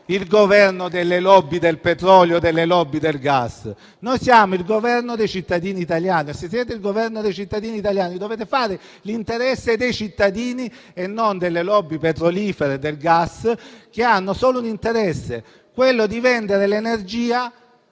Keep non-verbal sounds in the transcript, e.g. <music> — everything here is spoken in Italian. il Governo delle *lobby* del petrolio e delle *lobby* del gas. <applause> Noi siamo il Governo dei cittadini italiani. E, se siete il Governo dei cittadini italiani, dovete fare l'interesse dei cittadini e non delle *lobby* petrolifere e del gas, che hanno solo un interesse: vendere l'energia